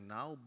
now